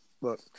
look